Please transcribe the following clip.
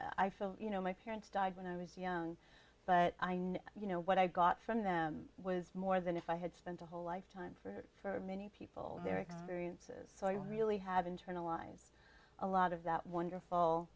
i feel you know my parents died when i was young but i know you know what i got from them was more than if i had spent a whole lifetime for many people their experiences so you really have internalized a lot of that wonderful